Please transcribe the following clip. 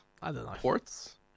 ports